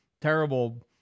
terrible